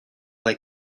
they